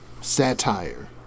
satire